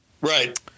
Right